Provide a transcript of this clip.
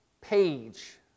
page